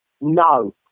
No